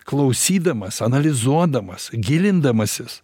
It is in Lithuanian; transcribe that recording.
klausydamas analizuodamas gilindamasis